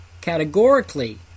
categorically